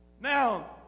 Now